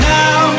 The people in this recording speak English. now